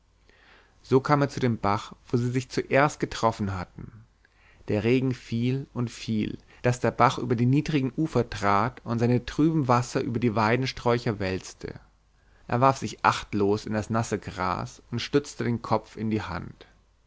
so kam er zu dem bach wo sie sich zuerst getroffen hatten der regen fiel und fiel daß der bach über die niedrigen ufer trat und seine trüben wasser über die weidensträucher wälzte er warf sich achtlos in das nasse gras und stützte den kopf in die hand